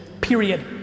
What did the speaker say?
period